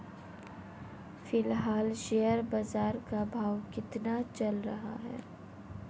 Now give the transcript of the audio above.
फिलहाल शेयर बाजार का भाव कितना चल रहा है?